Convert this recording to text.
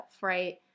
right